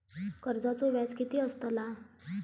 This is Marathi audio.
कर्जाचो व्याज कीती असताला?